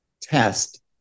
test